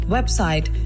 Website